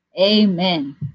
Amen